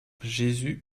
jésus